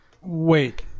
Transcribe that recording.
Wait